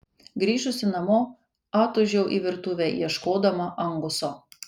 grįžusi namo atūžiau į virtuvę ieškodama anguso